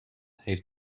heeft